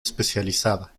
especializada